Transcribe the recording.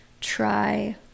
try